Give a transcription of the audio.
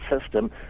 system